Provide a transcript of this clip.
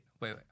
Wait